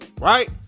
Right